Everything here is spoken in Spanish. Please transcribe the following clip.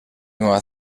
nueva